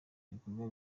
ibikorwa